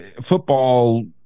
football